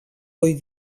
ohi